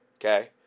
Okay